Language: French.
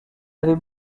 avait